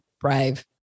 brave